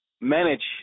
manage